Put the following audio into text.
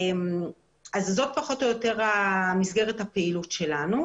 זאת פחות או יותר מסגרת הפעילות שלנו.